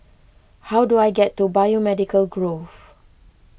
how do I get to Biomedical Grove